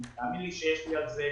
תאמין לי שיש לי על זה